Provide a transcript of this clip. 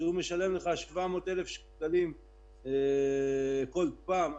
שהוא משלם לך 700,000 שקלים בכל פעם,